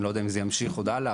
אני לא יודע אם זה ימשיך עוד הלאה.